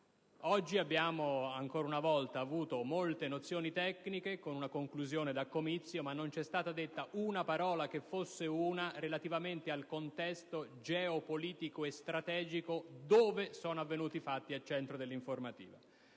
Oggi abbiamo ancora una volta avuto molte nozioni tecniche con una conclusione da comizio, ma non c'è stata detta una parola, che fosse una, relativamente al contesto geopolitico e strategico dove sono avvenuti i fatti al centro dell'informativa.